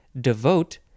Devote